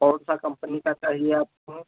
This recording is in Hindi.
कौन सी कम्पनी का चाहिए आपको